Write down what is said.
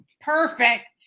Perfect